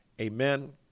Amen